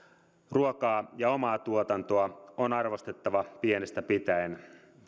ruokaa ja omaa tuotantoa on arvostettava pienestä pitäen